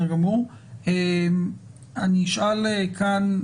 אני אשאל כאן,